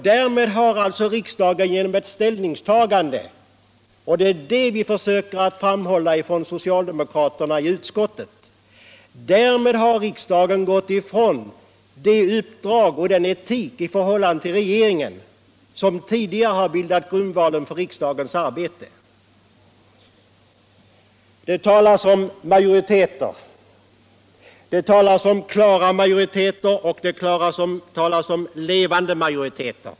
Därmed har riksdagen — och det är detta vi socialdemokrater i utskottet försöker framhålla — gått ifrån den etik i förhållandet till regeringen som tidigare har utgjort grundvalen för riksdagens arbete. Det talas om majoriteter. Det talas om klara majoriteter, och det talas om levande majoriteter.